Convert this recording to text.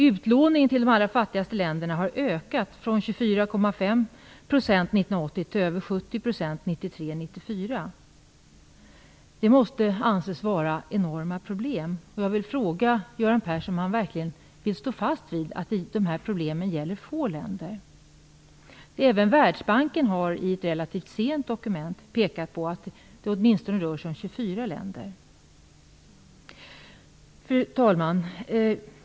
Utlåningen till de allra fattigaste länderna har ökat från 24,5 % år 1980 till över 70 % åren 1993-1994. Det måste anses vara enorma problem. Jag vill fråga Göran Persson om han verkligen vill stå fast vid att de här problemen gäller få länder. Även Världsbanken har i ett relativt sent dokument pekat på att det åtminstone rör sig om 24 länder. Fru talman!